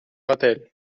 vatel